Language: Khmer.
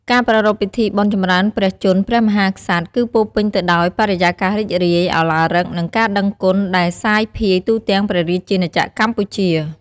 ការប្រារព្ធពិធីបុណ្យចម្រើនព្រះជន្មព្រះមហាក្សត្រ គឺពោរពេញទៅដោយ បរិយាកាសរីករាយ ឱឡារិក និងការដឹងគុណ ដែលសាយភាយទូទាំងព្រះរាជាណាចក្រកម្ពុជា។